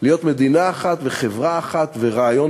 יודעים להיות מדינה אחת וחברה אחת ורעיון